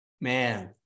Man